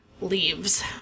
leaves